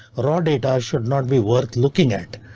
raw data should not be worth looking at.